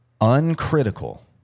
Uncritical